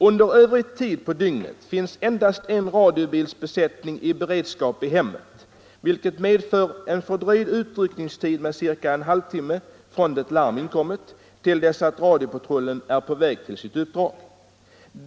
Under övrig tid på dygnet finns endast en radiobilbesättning i beredskap i hemmet, vilket medför en fördröjd utryckningstid med cirka en halvtimme från det larm inkommit, till dess att radiopatrullen är på väg till sitt uppdrag.